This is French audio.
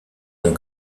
ont